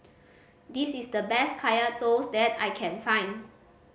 this is the best Kaya Toast that I can find